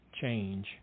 change